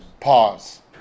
pause